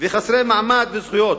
וחסרי מעמד וזכויות.